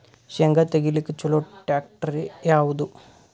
ಶೇಂಗಾ ತೆಗಿಲಿಕ್ಕ ಚಲೋ ಟ್ಯಾಕ್ಟರಿ ಯಾವಾದು?